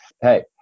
Hey